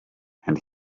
and